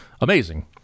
amazing